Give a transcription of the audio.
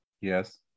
Yes